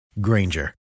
Granger